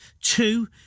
Two